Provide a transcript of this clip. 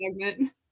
segment